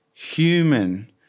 human